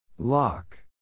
Lock